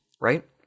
right